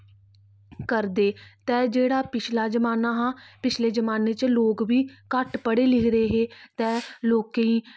करदे ते जेह्ड़ा पिछला जमान्ना हा पिछले जमान्ने च लोक बी घट्ट पढ़े लिखे दे हे ते लोकें गी